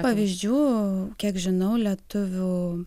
pavyzdžių kiek žinau lietuvių